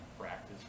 practice